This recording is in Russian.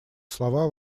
слова